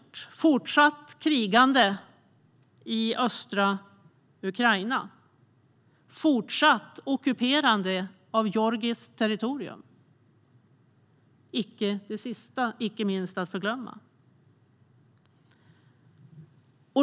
Det är ett fortsatt krigande i östra Ukraina och, icke att förglömma, ett fortsatt ockuperande av georgiskt territorium.